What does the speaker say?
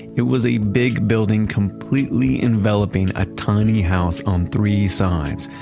it was a big building completely enveloping a tiny house on three sides.